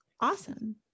Awesome